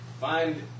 Find